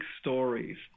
stories